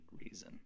reason